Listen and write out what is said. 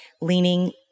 leaning